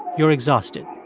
you're exhausted.